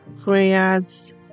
prayers